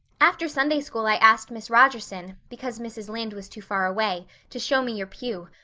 after sunday school i asked miss rogerson because mrs. lynde was too far away to show me your pew.